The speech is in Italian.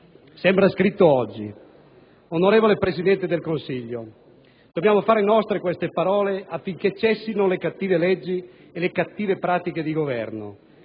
Sembra scritto oggi. Onorevole Presidente del Consiglio, dobbiamo fare nostre queste parole affinché cessino le cattive leggi e le cattive pratiche di Governo,